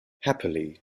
happily